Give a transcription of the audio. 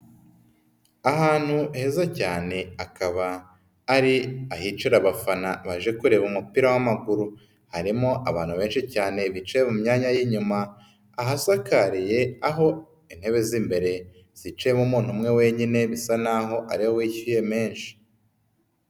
Ahantu heza cyane akaba ari ahicara abafana baje kureba umupira w'amaguru, harimo abantu benshi cyane bicaye mu myanya y'inyuma ahasakariye, aho intebe z'imbere zicayemo umuntu umwe wenyine bisa naho ari we wishyuye menshi.